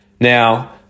Now